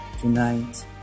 tonight